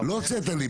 לא הוצאת לי,